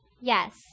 Yes